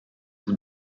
vous